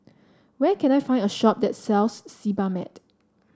where can I find a shop that sells Sebamed